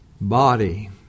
body